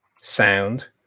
sound